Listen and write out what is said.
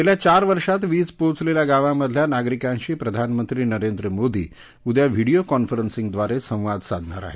गेल्या चार वर्षात वीज पोचलेल्या गावांमधल्या नागरिकांशी प्रधानमंत्री नरेंद्र मोदी उद्या व्हिडियो कॉन्फरन्सिंगद्वारे संवाद साधणार आहेत